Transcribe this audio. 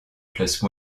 classe